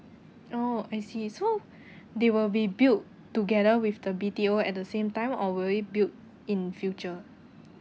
oh I see so they will be built together with the B_T_O at the same time or will it build in future